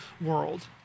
world